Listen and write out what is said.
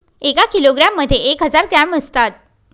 एका किलोग्रॅम मध्ये एक हजार ग्रॅम असतात